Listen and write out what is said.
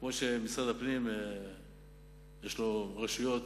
כמו שלמשרד הפנים יש רשויות